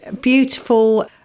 beautiful